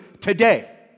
today